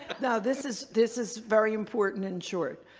no, this is this is very important and short.